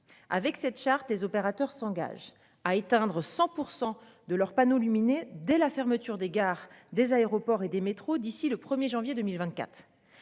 avec cette charte les opérateurs s'engagent à éteindre 100% de leurs panneaux lumineux dès la fermeture des gares, des aéroports et des métros. D'ici le 1er janvier 2024.